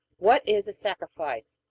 what is a sacrifice?